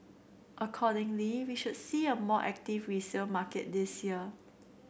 accordingly we should see a more active resale market this year